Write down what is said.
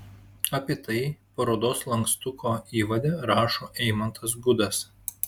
apie tai parodos lankstuko įvade rašo eimantas gudas